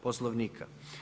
Poslovnika.